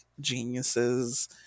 geniuses